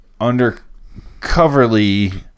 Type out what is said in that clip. undercoverly